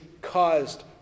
caused